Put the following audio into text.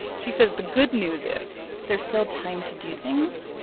she says the good news is. there's still time to do things